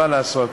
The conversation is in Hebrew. מה לעשות.